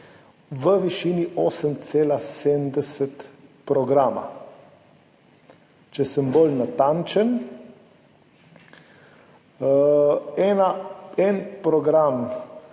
v višini 8,70 programa. Če sem bolj natančen, 1 program